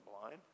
blind